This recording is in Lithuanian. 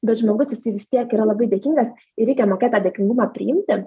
bet žmogus jisai vis tiek yra labai dėkingas ir reikia mokėt tą dėkingumą priimti